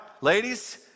ladies